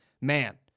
man